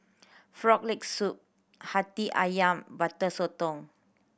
Frog Leg Soup Hati Ayam Butter Sotong